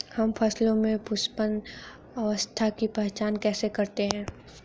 हम फसलों में पुष्पन अवस्था की पहचान कैसे करते हैं?